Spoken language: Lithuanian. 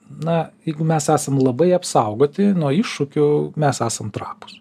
na jeigu mes esam labai apsaugoti nuo iššūkių mes esam trapūs